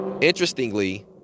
Interestingly